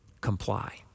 comply